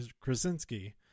krasinski